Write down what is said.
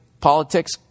politics